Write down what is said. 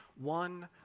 one